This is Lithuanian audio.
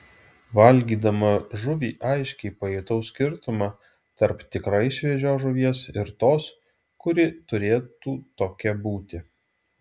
valgydama žuvį aiškiai pajutau skirtumą tarp tikrai šviežios žuvies ir tos kuri turėtų tokia būti